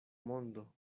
mondo